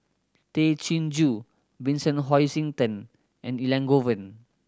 Tay Chin Joo Vincent Hoisington and Elangovan